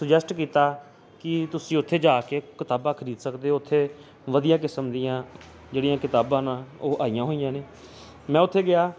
suggest ਕੀਤਾ ਕਿ ਤੁਸੀਂ ਉੱਥੇ ਜਾ ਕੇ ਕਿਤਾਬਾਂ ਖਰੀਦ ਸਕਦੇ ਹੋ ਉੱਥੇ ਵਧੀਆ ਕਿਸਮ ਦੀਆਂ ਜਿਹੜੀਆਂ ਕਿਤਾਬਾਂ ਨੇ ਉਹ ਆਈਆਂ ਹੋਈਆਂ ਨੇ ਮੈਂ ਉੱਥੇ ਗਿਆ